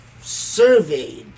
surveyed